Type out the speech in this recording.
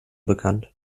bekannt